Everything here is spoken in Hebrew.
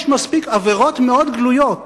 יש מספיק עבירות גלויות